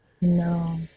No